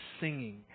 singing